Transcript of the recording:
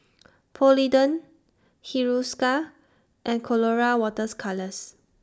Polident Hiruscar and Colora Water's Colours